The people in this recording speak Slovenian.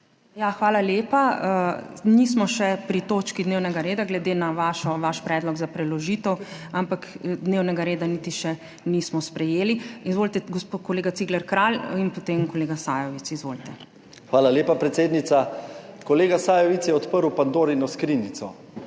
hvala lepa. Nismo še pri točki dnevnega reda glede na vaš predlog za preložitev, ampak dnevnega reda niti še nismo sprejeli. Izvolite, kolega Cigler Kralj in potem kolega Sajovic. Izvolite. JANEZ CIGLER KRALJ (PS NSi): Hvala lepa, predsednica. Kolega Sajovic je odprl Pandorino skrinjico.